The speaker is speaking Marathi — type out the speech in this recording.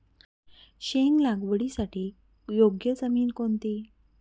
शेंग लागवडीसाठी योग्य जमीन कोणती?